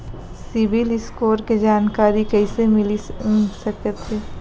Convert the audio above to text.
CIBIL score के जानकारी कइसे मिलिस सकथे?